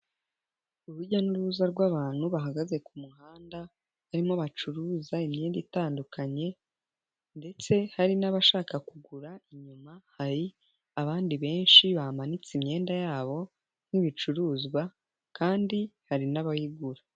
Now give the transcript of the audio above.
Urujya n'uruza rw'abantu bahagaze ku muhanda barimo bacuruza imyenda itandukanye, ndetse hari n'abashaka kugura, inyuma hari abandi benshi bamanitse imyenda yabo nk'ibicuruzwa, kandi hari n'abayigura.